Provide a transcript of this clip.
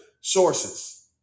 sources